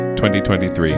2023